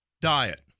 diet